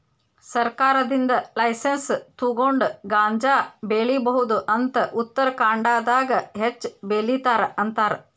ಸರ್ಕಾರದಿಂದ ಲೈಸನ್ಸ್ ತುಗೊಂಡ ಗಾಂಜಾ ಬೆಳಿಬಹುದ ಅಂತ ಉತ್ತರಖಾಂಡದಾಗ ಹೆಚ್ಚ ಬೆಲಿತಾರ ಅಂತಾರ